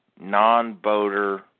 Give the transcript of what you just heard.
non-boater